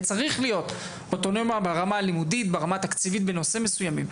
וצריך להיות אוטונומיה ברמה הלימודית וברמה התקציבית בנושאים מסוימים.